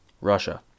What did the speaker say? Russia